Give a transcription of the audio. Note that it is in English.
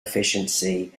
efficiency